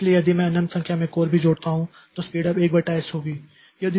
इसलिए यदि मैं अनंत संख्या में कोर भी जोड़ता हूं तो स्पीड उप 1 बटा एस होगी